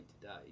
today